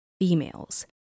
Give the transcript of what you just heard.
females